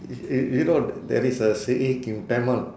y~ y~ you know there is a saying in tamil